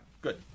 Good